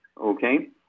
Okay